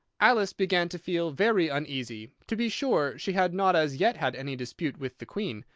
alice began to feel very uneasy to be sure she had not as yet had any dispute with the queen,